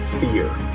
fear